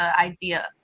idea